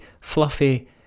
fluffy